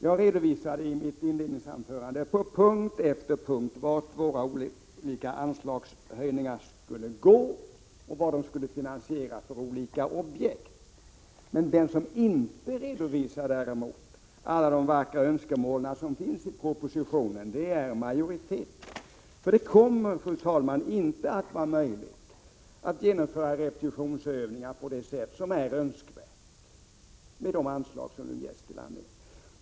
Jag redovisade i mitt inledningsanförande på punkt efter punkt vart våra olika anslagshöjningar skulle gå och vilka olika objekt som skulle finansieras. Den som däremot inte redovisar alla de vackra önskemål som finns i propositionen är utskottsmajoriteten. Det kommer, fru talman, inte att bli möjligt att genomföra repetitionsövningar på det sätt som är önskvärt med de anslag som nu ges till armén.